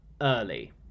early